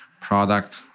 product